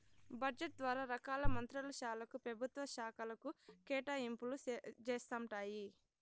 budget ద్వారా రకాల మంత్రుల శాలకు, పెభుత్వ శాకలకు కేటాయింపులు జేస్తండారు